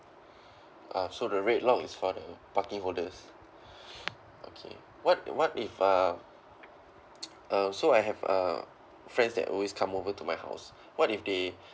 uh so the red lot is for the parking holders okay what what if uh uh so I have uh friends that always come over to my house what if they